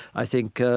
i think,